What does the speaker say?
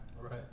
Right